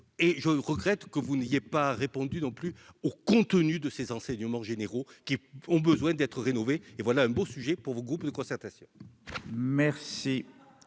... Je regrette que vous n'ayez pas non plus répondu sur le contenu de ces enseignements généraux, qui a besoin d'être rénové. Voilà un beau sujet pour vos groupes de concertation.